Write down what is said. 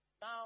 Now